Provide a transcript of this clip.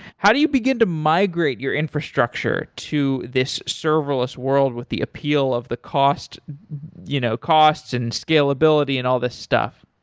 how do you begin to migrate your infrastructure to this serverless world with the appeal of the cost you know cost and scalability and all the stuff?